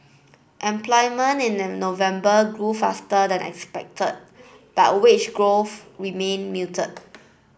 employment in the November grew faster than expected but wage growth remained muted